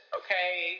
okay